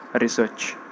research